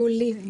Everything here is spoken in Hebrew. יולי.